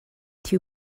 two